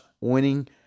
winning